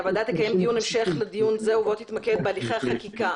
הוועדה תקיים דיון המשך לדיון זה ובו תתמקד בהליכי החקיקה.